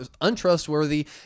untrustworthy